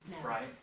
right